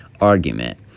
argument